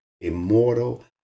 immortal